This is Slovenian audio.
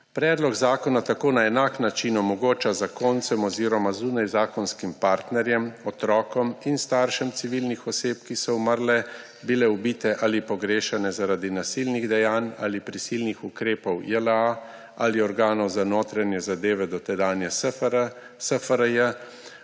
Predlog zakona tako na enak način omogoča zakoncem oziroma zunajzakonskim partnerjem, otrokom in staršem civilnih oseb, ki so umrle, bile ubite ali pogrešane zaradi nasilnih dejanj, ali prisilnih ukrepov JLA, ali organov za notranje zadeve dotedanje SFRJ